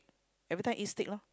everytime eat steak lor